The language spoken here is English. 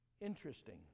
Interesting